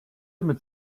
mit